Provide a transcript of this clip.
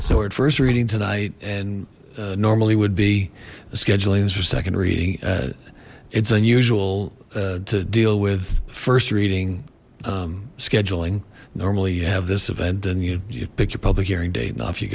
so at first reading tonight and normally would be scheduling this for second reading it's unusual to deal with first reading scheduling normally you have this event and you pick your public hearing date and off you